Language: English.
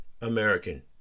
American